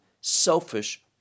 selfish